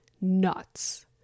nuts